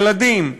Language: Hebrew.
ילדים,